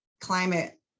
climate